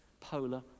polar